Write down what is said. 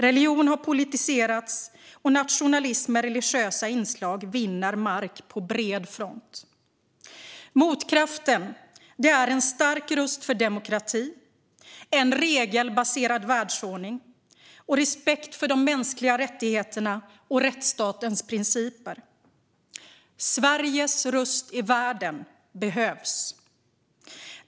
Religion har politiserats, och nationalism med religiösa inslag vinner mark på bred front. Motkraften är en stark röst för demokrati, en regelbaserad världsordning och respekt för de mänskliga rättigheterna och rättsstatens principer. Sveriges röst i världen behövs.